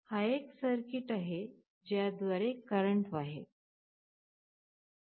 हा एक सर्किट आहे ज्या द्वारे करंट वाहेल